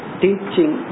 teaching